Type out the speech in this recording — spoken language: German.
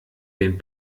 den